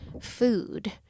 food